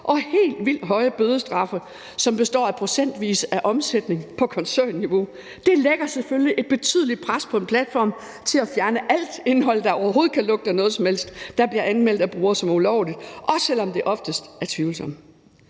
og helt vildt høje bødestraffe, som består af procentvis omsætning på koncernniveau, lægger selvfølgelig et betydeligt pres på en platform til at fjerne alt indhold, der overhovedet kan lugte af noget som helst, der bliver anmeldt af brugere som ulovligt, også selv om det oftest er tvivlsomt.